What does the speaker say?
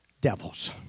devils